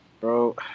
bro